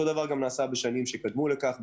אותו דבר נעשה גם בשנים שקדמו לכך.